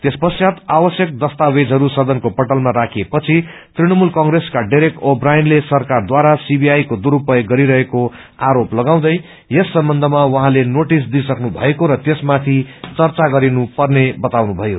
त्यस पश्चात् आवश्यक दस्तावेजहरू सदनको पटलमा राखिए पछि तृणमूल कंप्रेसका डेरेक ओ ब्रायनले सरकार बारा सीबीआई को दुरस्याग गरिरहेको आरोप लगाउँदै यस सम्बनयथम उहाँले नोटिस दिइसक्नु भएको र त्यसमाथि चर्चा गरिनु पर्ने बताउनुभयो